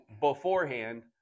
beforehand